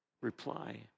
reply